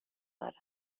داره